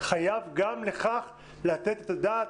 חייב גם לכך לתת את הדעת,